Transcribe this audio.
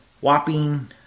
whopping